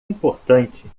importante